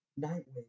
Nightwing